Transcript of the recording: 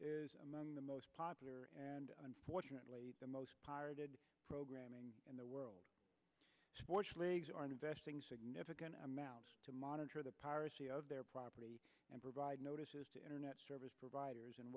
among the most popular and unfortunately the most programming in the world sports leagues are investing significant amounts to monitor the piracy of their property and provide notices to internet service providers and